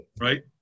right